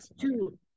two